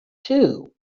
too